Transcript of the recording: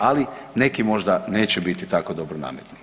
Ali neki možda neće biti tako dobronamjerni.